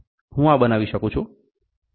હું આ બનાવી શકું છું આ 23